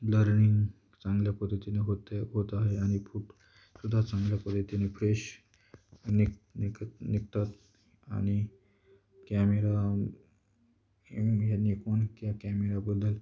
learning चांगल्या पद्धतीने होत होत आहे आणि फूटसुद्धा चांगल्या पदतीने फ्रेश आणि निघत निघतात आणि कॅमेरा हे याने निकॉन या कॅमेराबद्दल